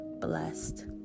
blessed